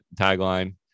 tagline